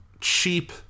cheap